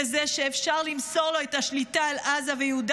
כזה שאפשר למסור לו את השליטה על עזה ויהודה